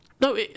No